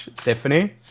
Stephanie